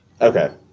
Okay